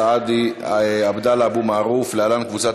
אוסאמה סעדי ועבדאללה אבו מערוף (להלן: קבוצת